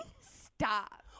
stop